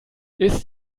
ist